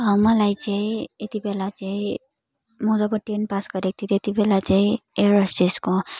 मलाई चाहिँ यति बेला चाहिँ म जब टेन पास गरेको थिएँ त्यति बेला चाहिँ एयर होसटेसको